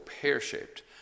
pear-shaped